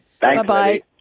Bye-bye